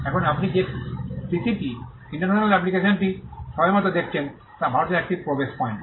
এখন আপনি যে সিসিটি ইন্টারন্যাশনাল অ্যাপ্লিকেশনটি n সবেমাত্র দেখেছেন তা ভারতের একটি প্রবেশ পয়েন্ট